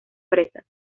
presas